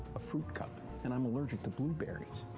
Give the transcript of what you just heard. a fruit cup and i'm allergic to blueberries.